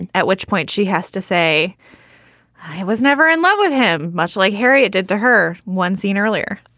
and at which point she has to say i was never in love with him, much like harriet did to her. one scene earlier.